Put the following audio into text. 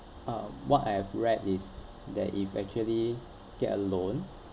uh what I've read is that if actually get a loan